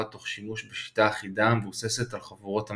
תוך שימוש בשיטה אחידה המבוססת על חבורות הממד.